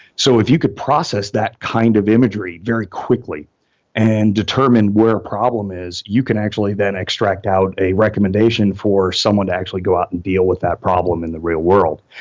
so if you could process that kind of imagery very quickly and determine where a problem is, you can actually then extract out a recommendation for someone to actually go out and deal with that problem in the real-world.